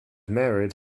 married